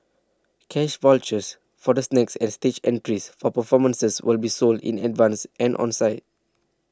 cash vouchers for the snacks and stage entries for performances will be sold in advance and on site